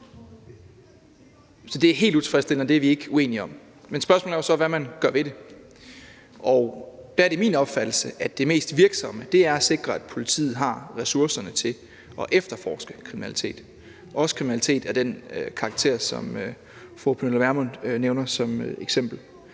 Så det er helt utilfredsstillende, og det er vi ikke uenige om. Men spørgsmålet er så, hvad man gør ved det, og der er det min opfattelse, at det mest virksomme er at sikre, at politiet har ressourcerne til at efterforske kriminalitet, også kriminalitet af den karakter, som fru Pernille Vermund nævner som eksempel.